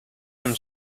him